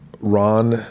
Ron